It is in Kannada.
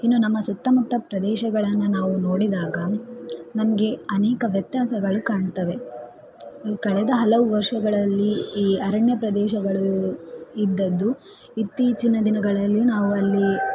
ಇನ್ನು ನಮ್ಮ ಸುತ್ತಮುತ್ತ ಪ್ರದೇಶಗಳನ್ನು ನಾವು ನೋಡಿದಾಗ ನಮಗೆ ಅನೇಕ ವ್ಯತ್ಯಾಸಗಳು ಕಾಣ್ತವೆ ಕಳೆದ ಹಲವು ವರ್ಷಗಳಲ್ಲಿ ಈ ಅರಣ್ಯ ಪ್ರದೇಶಗಳು ಇದ್ದದ್ದು ಇತ್ತೀಚಿನ ದಿನಗಳಲ್ಲಿ ನಾವು ಅಲ್ಲಿ